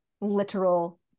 Literal